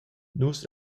nus